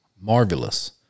marvelous